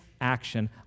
action